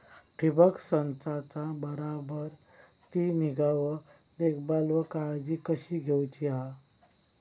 ठिबक संचाचा बराबर ती निगा व देखभाल व काळजी कशी घेऊची हा?